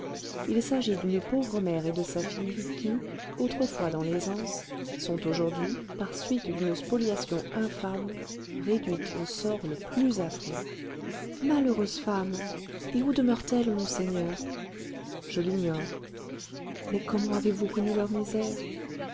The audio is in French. il s'agit d'une pauvre mère et de sa fille qui autrefois dans l'aisance sont aujourd'hui par suite d'une spoliation infâme réduites au sort le plus affreux malheureuses femmes et où demeurent elles monseigneur je l'ignore mais comment avez-vous connu leur misère